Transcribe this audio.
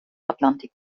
atlantik